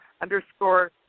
underscore